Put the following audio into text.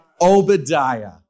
Obadiah